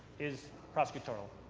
is prosecutorial.